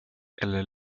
eller